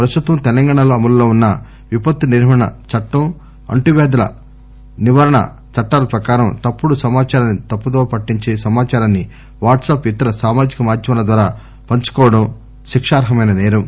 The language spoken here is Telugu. ప్రస్తుతం తెలంగాణలో అమలులో వున్న విపత్తు నిర్వహణ చట్టం అంటు వ్యాధుల చట్టాల ప్రకారం తప్పుడు సమాచారాన్సి తప్పుదోవ పట్టించే సమాచారాన్ని వాట్పప్ ఇతర సామాజిక మాధ్యమాల ద్వారా పంచుకోవడం శిక్షార్జమైన నేరం